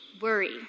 worry